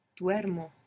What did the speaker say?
Duermo